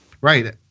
Right